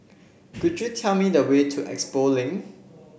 could you tell me the way to Expo Link